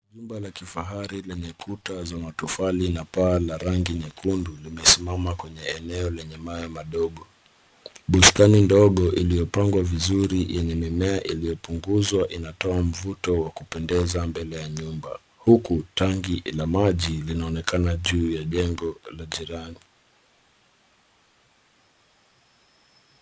Jumba la kifahari lenye kuta za matofali na paa la rangi nyekundu limesimama kwenye eneo lenye mawe mdogo. Bustani ndogo iliyopangwa vizuri yenye mimea iliyopunguzwa inatoa mvuto wa kupendeza mbele ya nyumba huku tangi la maji linaonekana juu ya jengo la jirani.